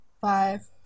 Five